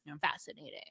fascinating